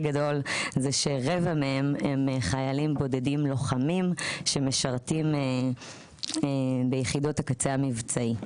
גדול זה שרבע מהם הם חיילים בודדים לוחמים שמשרתים ביחידות הקצה המבצעי.